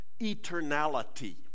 eternality